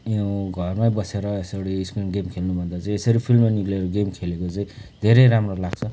यहाँ उ घरमै बसेर यसरी स्क्रिन गेम खेल्नुभन्दा चाहिँ यसरी फिल्डमा निस्केर गेम खेलेको चाहिँ धेरै राम्रो लाग्छ